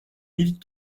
mille